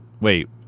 wait